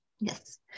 Yes